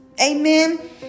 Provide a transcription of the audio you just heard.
Amen